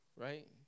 Right